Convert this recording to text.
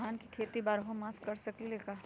धान के खेती बारहों मास कर सकीले का?